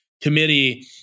committee